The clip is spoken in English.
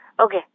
Okay